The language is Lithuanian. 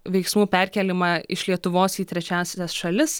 veiksmų perkėlimą iš lietuvos į trečiąsias šalis